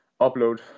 upload